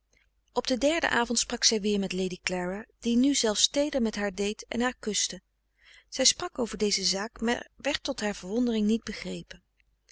op den derden avond sprak zij weer met lady clara die nu zelfs teeder met haar deed en haar kuste zij sprak over deze zaak maar werd tot haar verwondering niet begrepen